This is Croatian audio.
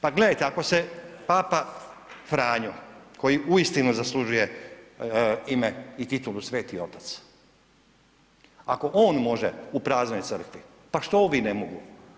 Pa gledajte, ako se Papa Franjo koji uistinu zaslužuje ime i titulu Sveti otac, ako on može u praznoj crkvi, pa što ovi ne mogu?